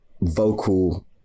vocal